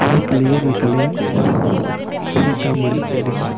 कहाँ के लिए निकले सीतामढ़ी के लिए